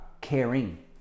caring